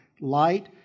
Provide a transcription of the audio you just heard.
Light